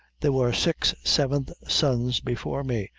there were six seventh sons before me,